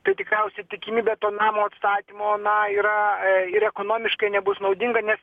tai tikriausiai tikimybė to namo atstatymo na yra ir ekonomiškai nebus naudinga nes